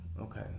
Okay